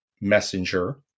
messenger